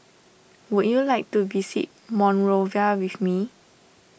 would you like to visit Monrovia with me